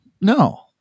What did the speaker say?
No